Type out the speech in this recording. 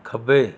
ਖੱਬੇ